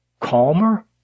calmer